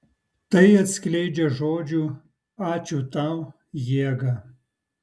tai atskleidžia žodžių ačiū tau jėgą